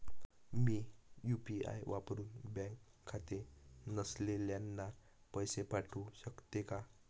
मी UPI वापरुन bank खाते नसलेल्यांना पैसे पाठवू शकते का?